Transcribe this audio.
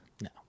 No